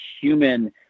human